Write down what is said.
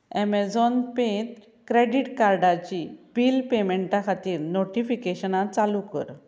Amazon पेत credit कार्डाची bill पेमँटा खातीर नोटिफिकेशनां चालू कर